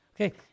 Okay